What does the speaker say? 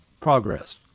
progress